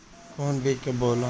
कौन बीज कब बोआला?